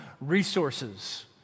resources